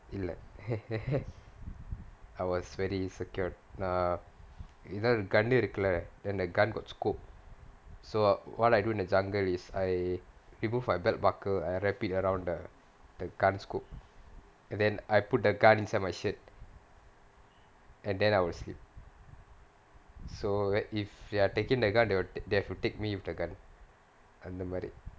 இல்ல:illa !hey! !hey! !hey! I was very insecure err நா இத:naa itha gun இருக்குல்ல:irukkulla then the gun got scope so what I do in the jungle is I remove my belt buckle I wrap it around th~ the gun scope and then I put the gun inside my shirt and then I will sleep so then if they are taking the gun they will they have to take me with the gun அந்த மாறி:antha maari